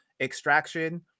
extraction